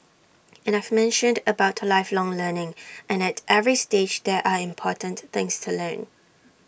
and I've mentioned about lifelong learning and at every stage there are important things to learn